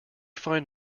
find